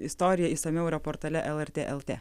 istorija išsamiau yra portale lrt lt